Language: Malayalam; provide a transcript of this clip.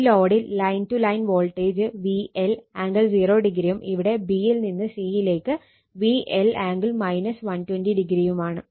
ഈ ലോഡിൽ line to line voltage VL angle 0o യും ഇവിടെ b യിൽ നിന്ന് c യിലേക്ക് VL ആംഗിൾ 120o യുമാണ്